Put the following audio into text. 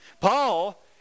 Paul